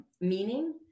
meaning